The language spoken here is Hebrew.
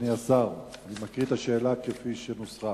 אדוני השר, אני מקריא את השאלה כפי שנוסחה: